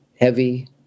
heavy